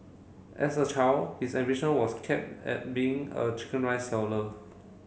as a child his ambition was cap at being a chicken rice seller